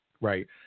right